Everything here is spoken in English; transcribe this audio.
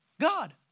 God